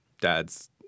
dad's